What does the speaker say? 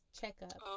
checkup